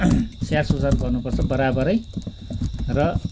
स्याहार सुसार गर्नुपर्छ बराबरै र